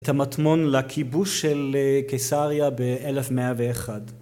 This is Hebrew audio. את המטמון לכיבוש של קיסריה באלף מאה ואחד.